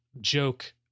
joke